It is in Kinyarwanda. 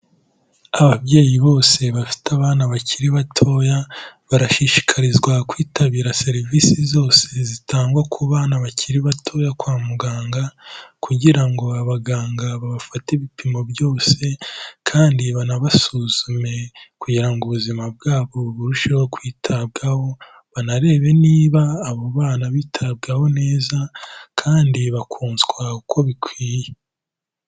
Ababyeyi bose bafite abana bakiri batoya barashishikarizwa kwitabira serivise zose zitangwa ku bana bakiri batoya kwa muganga, kugira ngo abaganga babafate ibipimo byose kandi banabasuzume kugira ngo ubuzima bwabo burusheho kwitabwaho; banarebe niba abo bana bitabwaho neza kandi bakonswa uko bikwiye.